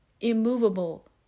Immovable